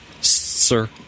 Sir